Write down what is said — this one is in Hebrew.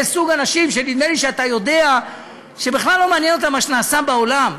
זה סוג האנשים שנדמה לי שאתה יודע שבכלל לא מעניין אותם מה שנעשה בעולם.